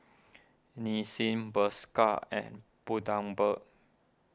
Nissin Bershka and Bundaberg